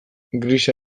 grisa